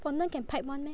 fondant can pipe [one] meh